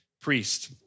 priest